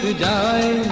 die.